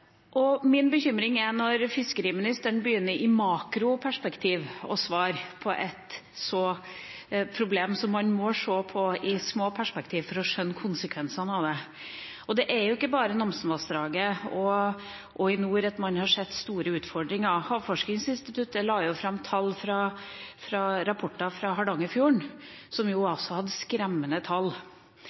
Min bekymring er når fiskeriministeren begynner å svare i makroperspektiv på et problem som man må se på i et lite perspektiv for å skjønne konsekvensene av det. Og det er ikke bare i Namsenvassdraget og i nord at man har sett store utfordringer. Havforskningsinstituttet la fram tall fra rapporter som kom med skremmende tall for Hardangerfjorden. Dette gjelder jo